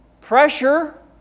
pressure